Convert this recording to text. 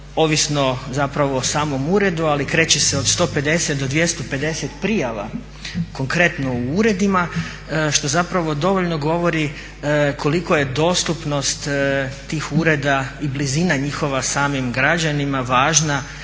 ovisno o samom uredu, ali kreće se od 150 do 250 prijava konkretno u uredima što dovoljno govori koliko je dostupnost tih ureda i blizina njihova samim građanima važna